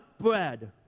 bread